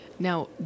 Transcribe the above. Now